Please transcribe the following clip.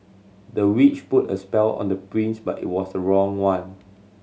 the witch put a spell on the prince but it was the wrong one